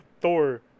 Thor